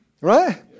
Right